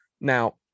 Now